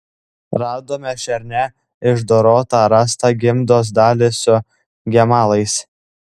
radome šernę išdorotą rasta gimdos dalis su gemalais